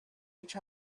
each